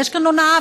יש כאן הונאה,